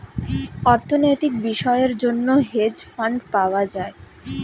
অর্থনৈতিক বিষয়ের জন্য হেজ ফান্ড পাওয়া যায়